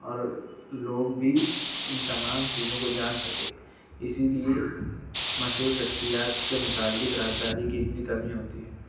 اور لوگ بھی ان تمام چیزوں کو جان سکیں اسی لیے مشہور شخصیات کے متعلق رازداری کی اتنی کمی ہوتی ہے